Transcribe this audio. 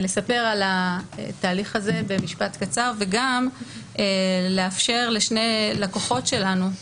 לספר על התהליך הזה במשפט קצר ולאפשר לשני לקוחות שלנו,